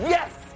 Yes